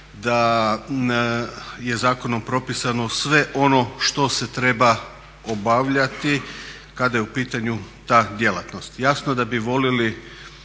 da je zakonom propisano sve ono što se treba obavljati kada je u pitanju ta djelatnost. Jasno da bi voljeli